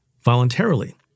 voluntarily